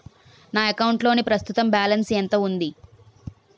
నా అకౌంట్ లోని ప్రస్తుతం బాలన్స్ ఎంత ఉంది?